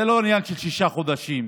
זה לא עניין של שישה חודשים,